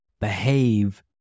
behave